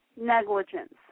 negligence